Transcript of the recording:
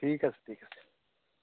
ঠিক আছে ঠিক আছে